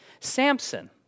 Samson